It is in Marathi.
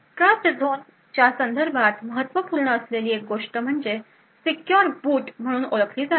ट्रस्टझोनच्या संदर्भात महत्त्वपूर्ण असलेली एक गोष्ट म्हणजे सीक्युर बूट म्हणून ओळखली जाते